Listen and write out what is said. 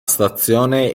stazione